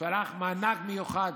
הוא שלח מענק מיוחד.